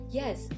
yes